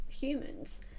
humans